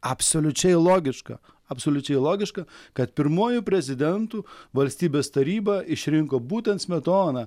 absoliučiai logiška absoliučiai logiška kad pirmuoju prezidentu valstybės taryba išrinko būtent smetoną